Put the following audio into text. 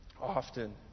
often